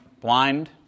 blind